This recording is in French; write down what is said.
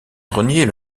grenier